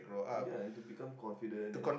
ya and to become confident and